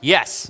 Yes